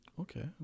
Okay